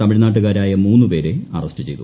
തമിഴ്നാട്ടുകാരായ മൂന്നു പേരെ അറസ്റ്റ് ചെയ്തു